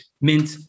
mint